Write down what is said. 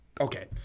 okay